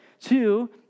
Two